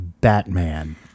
Batman